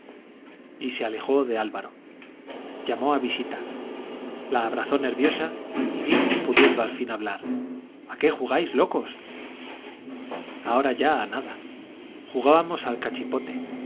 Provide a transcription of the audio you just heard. y se alejó de álvaro llamó a visita la abrazó nerviosa y dijo pudiendo al fin hablar a qué jugáis locos ahora ya a nada jugábamos al